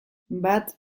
bat